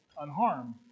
unharmed